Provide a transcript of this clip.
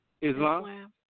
Islam